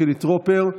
חילי טרופר,